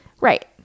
Right